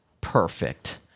perfect